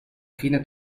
fine